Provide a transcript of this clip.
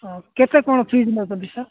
ହଁ କେତେ କ'ଣ ଫିସ୍ ନେଉଛନ୍ତି ସାର୍